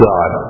God